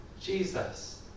Jesus